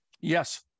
yes